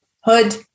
hood